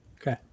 Okay